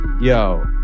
Yo